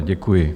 Děkuji.